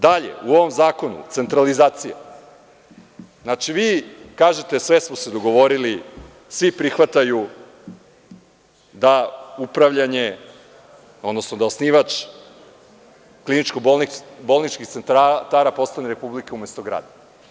Dalje, u ovom zakonu, centralizacija, vi kažete – sve smo se dogovorili, svi prihvataju da upravljanje, odnosno da osnivač kliničko-bolničkih centara postane Republika umesto grad.